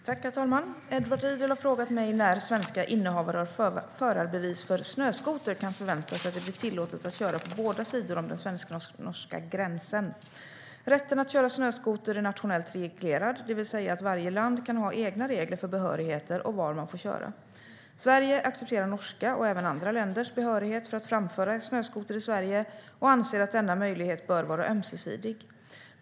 Herr talman! Edward Riedl har frågat mig när svenska innehavare av förarbevis för snöskoter kan förvänta sig att det blir tillåtet att köra på båda sidor om den svensk-norska gränsen. Rätten att köra snöskoter är nationellt reglerad, det vill säga att varje land kan ha egna regler för behörigheter och var man får köra. Sverige accepterar norska och även andra länders behörigheter för att framföra snöskoter i Sverige och anser att denna möjlighet bör vara ömsesidig.